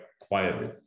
quietly